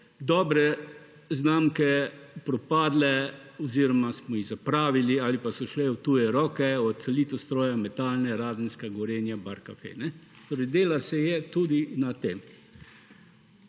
dobre znamke propadle oziroma smo jih zapravili ali pa so šle v tuje roke, Litostroj, Metalna, Radenska, Gorenje, Barcaffe. Delalo se je tudi na tem.